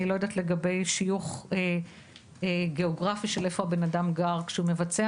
אני לא יודעת לגבי שיוך גיאוגרפי של איפה האדם גר כשהוא מבצע.